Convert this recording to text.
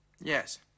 Yes